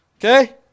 Okay